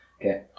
Okay